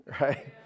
right